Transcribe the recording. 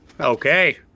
Okay